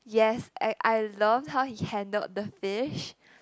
yes I I loved how he handled the fish